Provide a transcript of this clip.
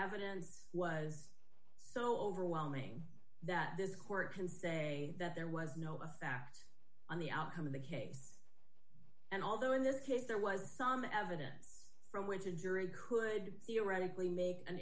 evidence was so overwhelming that this court can say that there was no a fact on the outcome of the case and although in this case there was some evidence from which a jury could theoretically make an